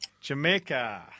Jamaica